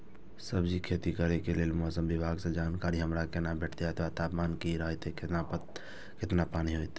सब्जीके खेती करे के लेल मौसम विभाग सँ जानकारी हमरा केना भेटैत अथवा तापमान की रहैत केतना पानी होयत?